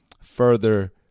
further